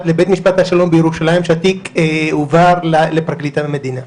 השלום בירושלים שהתיק הועבר לפרקליט המדינה.